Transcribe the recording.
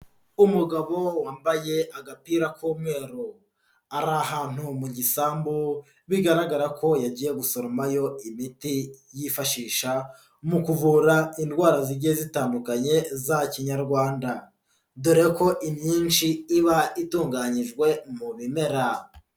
Umugabo wambaye agapira k'umweru, ari ahantu mu gisambu bigaragara ko yagiye gusoromayo imiti yifashisha mu kuvura indwara zigiye zitandukanye za Kinyarwanda, dore ko imyinshi iba itunganyijwe mu bimera.